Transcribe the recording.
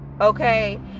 Okay